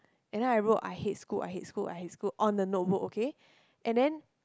and then I wrote I hate school I hate school I hate school on the notebook okay and then